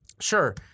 sure